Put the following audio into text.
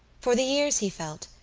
for the years, he felt,